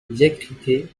diacritée